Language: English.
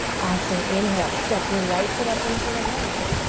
awesome. inhale, step your right foot up into your lunge.